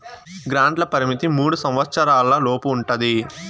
గ్రాంట్ల పరిమితి మూడు సంవచ్చరాల లోపు ఉంటది